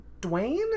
Dwayne